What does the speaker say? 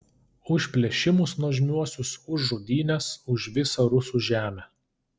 už plėšimus nuožmiuosius už žudynes už visą rusų žemę